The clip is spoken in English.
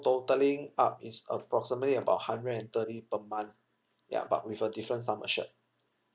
totalling up is approximately about hundred and thirty per month ya but with a different sum assured